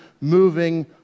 moving